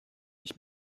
ich